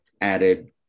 added